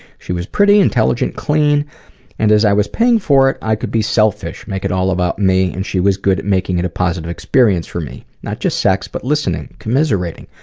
she was pretty, intelligent, clean and as i was paying for it, i could be selfish, make it all about me and she was good at making it a positive experience for me not just sex but listening, commiserating,